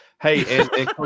Hey